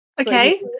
Okay